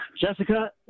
Jessica